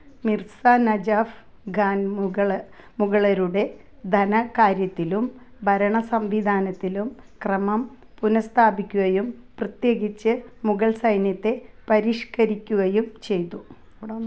മിർസ നജാഫ് ഖാൻ മുഗൾ മുഗളരുടെ ധന കാര്യത്തിലും ഭരണ സംവിധാനത്തിലും ക്രമം പുനസ്ഥാപിക്കുകയും പ്രത്യേകിച്ച് മുഗൾ സൈന്യത്തെ പരിഷ്ക്കരിക്കുകയും ചെയ്തു